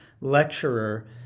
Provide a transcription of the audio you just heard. lecturer